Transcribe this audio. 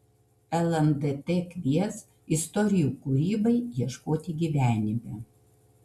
lndt kvies istorijų kūrybai ieškoti gyvenime